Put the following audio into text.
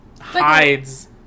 hides